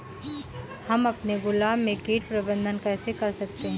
हम अपने गुलाब में कीट प्रबंधन कैसे कर सकते है?